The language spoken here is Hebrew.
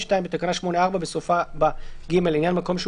בתקנה 8(4) בסופה בא "(ג)לעניין מקום שהוא